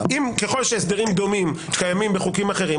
ככל שהסדרים דומים קיימים בחוקים אחרים,